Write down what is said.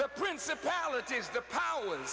the principalities the power was